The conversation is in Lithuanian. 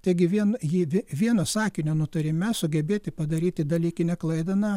taigi vien jį ve vieno sakinio nutarime sugebėti padaryti dalykinę klaidą na